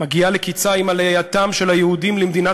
מגיעה לקצהּ עם עלייתם של היהודים למדינת